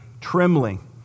trembling